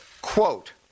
quote